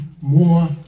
more